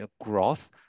growth